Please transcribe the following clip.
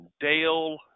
Dale